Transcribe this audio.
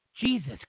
Jesus